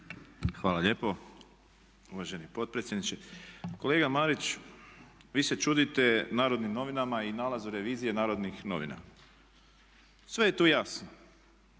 Hvala lijepo uvaženi potpredsjedniče. Kolega Marić vi se čudite Narodnim novinama i nalazu revizije Narodnih novina. Sve je tu jasno.